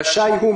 רשאי הוא,